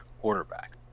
quarterback